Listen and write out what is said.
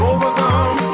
Overcome